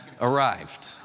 arrived